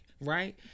right